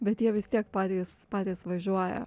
bet jie vis tiek patys patys važiuoja